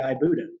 Buddha